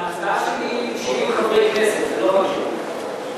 ההצעה שלי היא של 70 חברי כנסת, לא רק שלי.